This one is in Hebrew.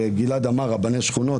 גלעד אמר "רבני שכונות",